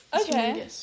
Okay